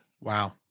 Wow